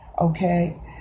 Okay